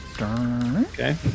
okay